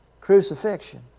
crucifixion